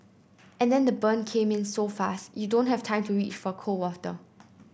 and then the burn came in so fast you don't have time to reach for cold water